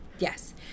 Yes